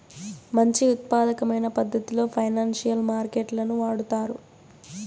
మంచి ఉత్పాదకమైన పద్ధతిలో ఫైనాన్సియల్ మార్కెట్ లను వాడుతారు